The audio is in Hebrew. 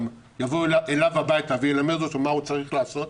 יבוא אליו הביתה וילמד אותו מה הוא צריך לעשות.